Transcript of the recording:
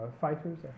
fighters